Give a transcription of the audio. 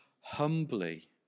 humbly